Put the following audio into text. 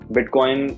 Bitcoin